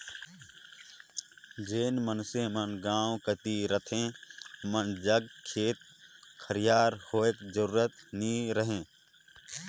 जेन मइनसे मन गाँव कती रहथें ओमन जग खेत खाएर होए जरूरी नी रहें